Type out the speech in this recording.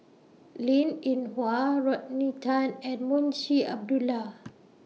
Linn in Hua Rodney Tan and Munshi Abdullah